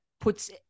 puts